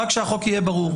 רק שהחוק יהיה ברור.